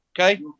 okay